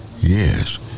Yes